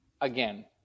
again